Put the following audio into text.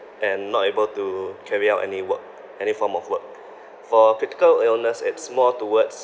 and not able to carry out any work any form of work for critical illness it's more towards